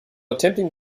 attempting